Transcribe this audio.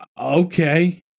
okay